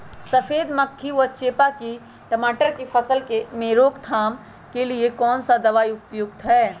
सफेद मक्खी व चेपा की टमाटर की फसल में रोकथाम के लिए कौन सा दवा उपयुक्त है?